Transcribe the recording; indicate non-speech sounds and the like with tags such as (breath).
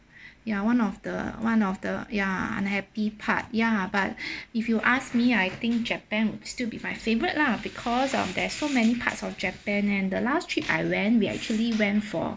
(breath) ya one of the one of the ya unhappy part ya but (breath) if you ask me I think japan will still be my favourite lah because um there's so many parts of japan and the last trip I went we actually went for